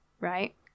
right